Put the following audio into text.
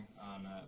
on